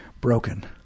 broken